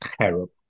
terrible